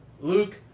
Luke